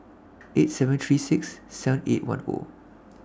eight thousand seven hundred and thirty six seven thousand eight hundred and ten